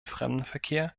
fremdenverkehr